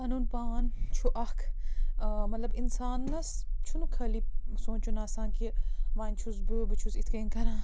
پَنُن پان چھُ اَکھ مطلب اِنسانَس چھُنہٕ خٲلی سونٛچُن آسان کہِ وۄنۍ چھُس بہٕ بہٕ چھُس یِتھ کٔنۍ کَران